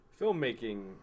filmmaking